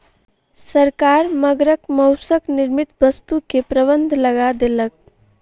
सरकार मगरक मौसक निर्मित वस्तु के प्रबंध लगा देलक